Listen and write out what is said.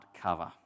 cover